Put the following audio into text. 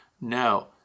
No